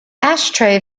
ashtray